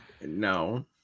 No